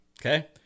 Okay